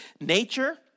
Nature